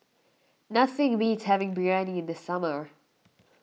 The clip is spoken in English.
nothing beats having Biryani in the summer